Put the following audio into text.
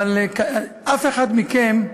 אף אחד מכם,